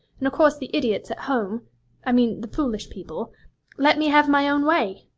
and of course the idiots at home i mean the foolish people let me have my own way.